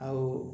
ଆଉ